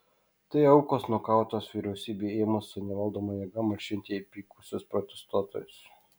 tai aukos nukautos vyriausybei ėmus su nevaldoma jėga malšinti įpykusius protestuotojus